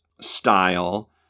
style